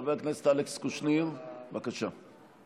חבר הכנסת אלכס קושניר, בבקשה.